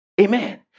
Amen